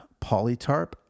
Polytarp